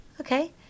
okay